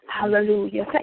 hallelujah